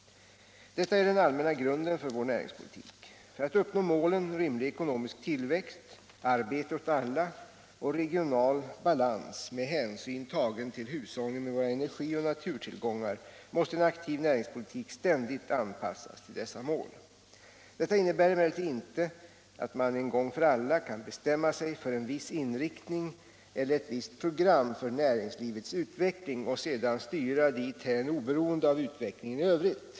Detta är den allmänna grunden för vår näringspolitik. För att uppnå målen rimlig ekonomisk tillväxt, arbete åt alla och regional balans med hänsyn tagen till hushållningen med våra energi och naturtillgångar måste en aktiv näringspolitik ständigt anpassas till dessa mål. Detta innebär emellertid inte att man en gång för alla kan bestämma sig för en viss inriktning eller ett visst program för näringslivets utveckling och sedan styra dithän oberoende av utvecklingen i övrigt.